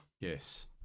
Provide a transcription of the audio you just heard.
Yes